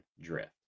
Drift